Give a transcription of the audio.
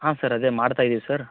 ಹಾಂ ಸರ್ ಅದೇ ಮಾಡ್ತಯಿದೀವಿ ಸರ್